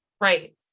right